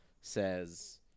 says